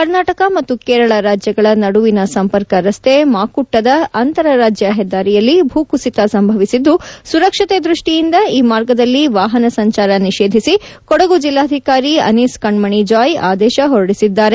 ಕರ್ನಾಟಕ ಮತ್ತು ಕೇರಳ ರಾಜ್ಯಗಳ ನಡುವಿನ ಸಂಪರ್ಕ ರಸ್ತೆ ಮಾಕುಟ್ಟದ ಅಂತರರಾಜ್ಯ ಹೆದ್ದಾರಿಯಲ್ಲಿ ಭೂಕುಸಿತ ಸಂಭವಿಸಿದ್ದು ಸುರಕ್ಷತೆ ದೃಷ್ಟಿಯಿಂದ ಈ ಮಾರ್ಗದಲ್ಲಿ ವಾಹನ ಸಂಚಾರ ನಿಷೇಧಿಸಿ ಕೊಡಗು ಜಿಲ್ಲಾಧಿಕಾರಿ ಅನೀಸ್ ಕಣ್ಮಣಿ ಜಾಯ್ ಆದೇಶ ಹೊರಡಿಸಿದ್ದಾರೆ